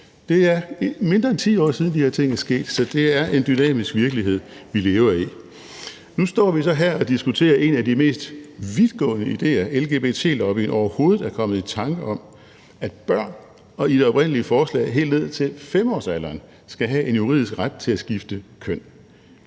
Det er mindre end 10 år siden, de her ting er sket, så det er en dynamisk virkelighed, vi lever i. Nu står vi så her og diskuterer en af de mest vidtgående idéer, LGBT-lobbyen overhovedet er kommet i tanke om, nemlig at børn, og i det oprindelige forslag helt ned til 5-årsalderen, skal have en juridisk ret til at skifte køn.